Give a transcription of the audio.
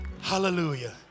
hallelujah